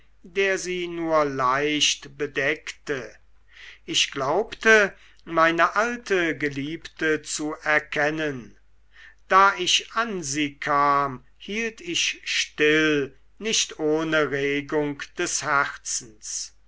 der sie nur leicht bedeckte ich glaubte meine alte geliebte zu erkennen da ich an sie kam hielt ich still nicht ohne regung des herzens